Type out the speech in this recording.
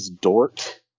Dort